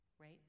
right